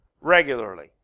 regularly